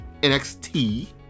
NXT